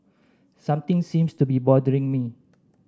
something seems to be bothering me